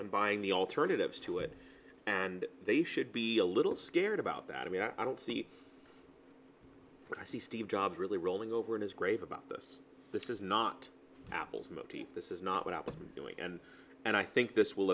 and buying the alternatives to it and they should be a little scared about that i mean i don't see but i see steve jobs really rolling over in his grave about this this is not apple's motif this is not what i was doing and and i think this will